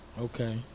Okay